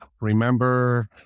Remember